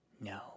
No